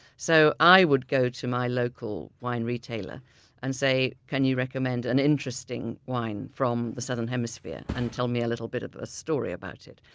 so i would go to my local wine retailer and say, can you recommend an interesting wine from the southern hemisphere and tell me a little bit of a story about it.